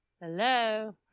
hello